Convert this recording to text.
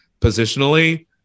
positionally